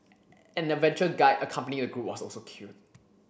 an adventure guide accompanying the group was also killed